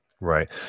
Right